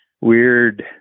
weird